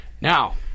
Now